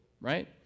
right